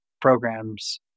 programs